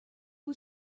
who